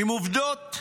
עם עובדות.